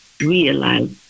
realize